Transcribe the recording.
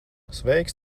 sveiks